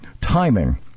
Timing